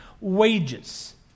wages